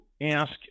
ask